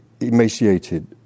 emaciated